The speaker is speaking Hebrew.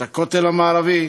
את הכותל המערבי,